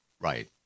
Right